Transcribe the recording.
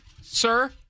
sir